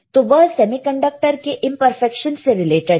तो वह सेमीकंडक्टर के इंपरफेक्शन से रिलेटेड है